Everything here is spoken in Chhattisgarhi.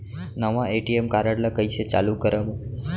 नवा ए.टी.एम कारड ल कइसे चालू करव?